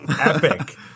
epic